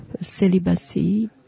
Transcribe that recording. celibacy